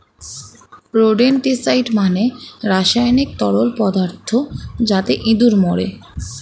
rodenticide মানে রাসায়নিক তরল পদার্থ যাতে ইঁদুর মরে